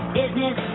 business